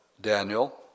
Daniel